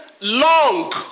long